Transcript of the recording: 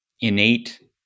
innate